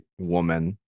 woman